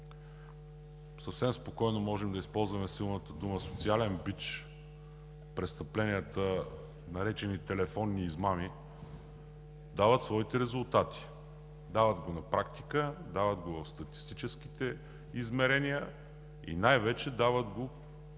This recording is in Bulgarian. съвсем спокойно можем да използваме силната дума „социален бич“, престъпленията, наречени „телефонни измами“, дават своите резултати. Дават го на практика, дават го в статистическите измерения и най-вече го